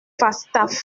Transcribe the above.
pfastatt